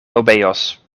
obeos